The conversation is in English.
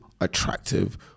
attractive